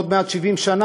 עוד מעט 70 שנה,